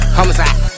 Homicide